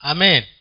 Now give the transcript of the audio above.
Amen